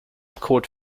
code